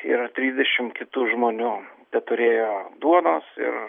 ir trisdešim kitų žmonių teturėjo duonos ir